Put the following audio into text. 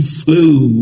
flew